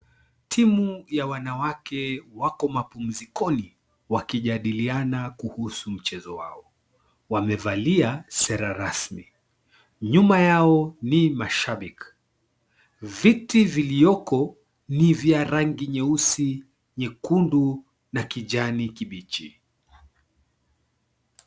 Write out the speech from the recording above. Timu ya wanawake wako maoumzikoni. Wanajadiliana kuhusu mchezo wao. Wamevalia sera rasmi. Nyuma yao ni mashabiki. Viti viliyoko ni vya rangi nyeusi, nyekundu na kijani kibichi.